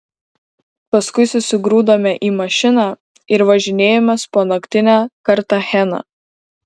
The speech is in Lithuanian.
paskui susigrūdome į mašiną ir važinėjomės po naktinę kartacheną